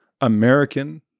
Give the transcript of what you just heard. American